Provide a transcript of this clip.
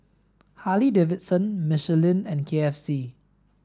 Harley Davidson Michelin and K F C